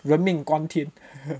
人命关天